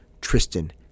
Tristan